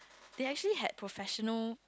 they actually had professional